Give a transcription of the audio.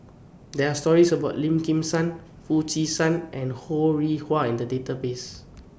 There Are stories about Lim Kim San Foo Chee San and Ho Rih Hwa in The Database